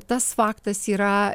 tas faktas yra